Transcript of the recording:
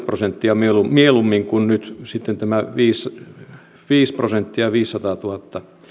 prosenttia mieluisammaksi kuin nyt sitten tämän viisi prosenttia ja viisisataatuhatta